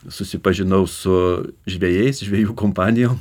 susipažinau su žvejais žvejų kompanijom